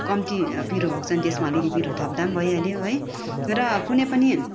कम्ती पिरो भएको छ भने त्यसमा अलिक पिरो थप्दा पनि भइहाल्यो है र कुनै पनि